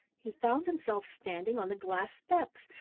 he found himself standing on the glass steps,